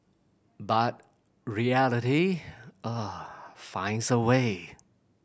but reality uh finds a way